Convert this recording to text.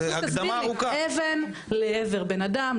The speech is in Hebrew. אבן לעבר בנאדם,